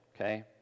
Okay